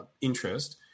interest